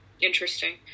interesting